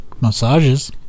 Massages